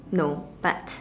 no but